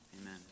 amen